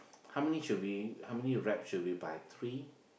how many should we how many wrap should we buy three